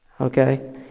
Okay